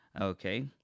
Okay